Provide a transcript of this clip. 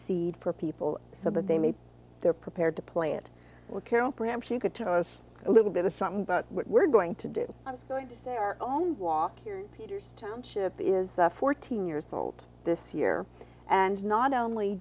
seed for people so that they maybe they're prepared to play it well carol perhaps you could tell us a little bit of something but we're going to do i'm going to say our own walk here peter's township is fourteen years old this year and not only